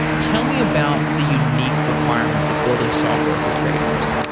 tell me about the unique requirements of building software for traders